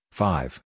five